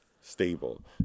stable